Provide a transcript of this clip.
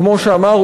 כמו שאמר,